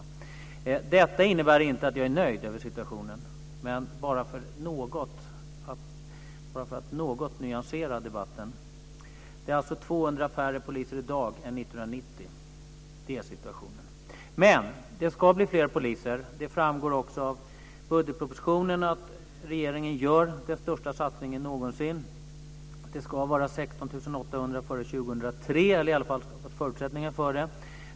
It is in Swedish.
Det innebär inte att jag är nöjd med situationen, men jag nämner det bara för att något nyansera debatten. Vi har 200 färre poliser i dag än 1990. Det är situationen. Det ska bli fler poliser. Det framgår också av budgetpropositionen att regeringen gör den största satsningen någonsin. Det ska vara 16 800 poliser före 2003 - förutsättningarna ska i alla fall finnas för det.